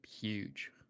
huge